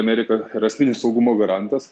amerika yra esminis saugumo garantas